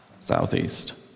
southeast